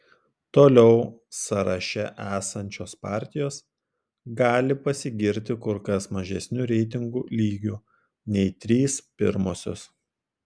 toliau sąraše esančios partijos gali pasigirti kur kas mažesniu reitingų lygiu nei trys pirmosios